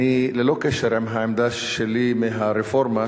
ללא קשר לעמדה שלי על הרפורמה,